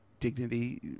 dignity